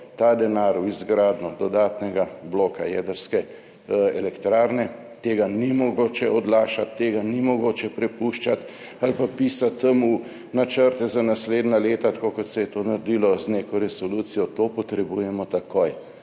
ta denar v izgradnjo dodatnega bloka jedrske elektrarne. S tem ni mogoče odlašati, tega ni mogoče prepuščati ali pa pisati tja v načrte za naslednja leta, tako kot se je to naredilo z neko resolucijo, to potrebujemo takoj.